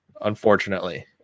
unfortunately